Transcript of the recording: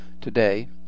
Today